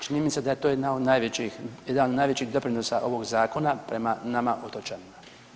Čini mi se da je to jedan od najvećih doprinosa ovog zakona prema nama otočanima.